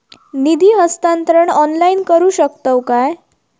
निधी हस्तांतरण ऑनलाइन करू शकतव काय?